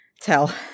tell